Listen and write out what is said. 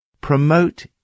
Promote